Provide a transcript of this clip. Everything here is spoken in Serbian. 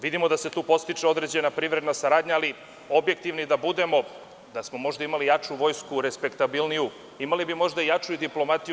Vidimo da se tu podstiče određena privredna saradnja, ali objektivni da budemo, da smo možda imali jaču vojsku, respektabilniju, imali bi možda i jaču diplomatiju.